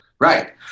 Right